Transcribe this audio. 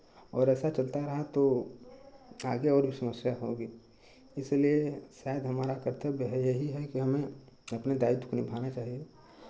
अगर ऐसा चलता रहा तो आगे और भी समस्या होगी इसलिए शायद हमारा कर्तव्य है यही है कि हमें अपने दायित्व को निभाना चाहिए